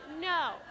no